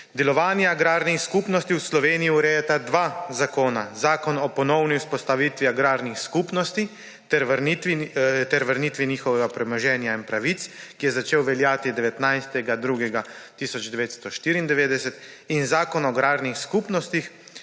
Delovanje agrarnih skupnosti v Sloveniji urejata dva zakona, Zakon o ponovni vzpostavitvi agrarnih skupnosti ter vrnitvi njihovega premoženja in pravic, ki je začel veljati 19. 2. 1994, in Zakon o agrarnih skupnostih,